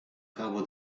capo